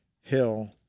hill